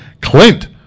Clint